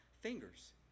fingers